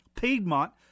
Piedmont